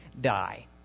die